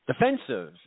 defensive